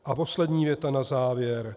A poslední věta na závěr.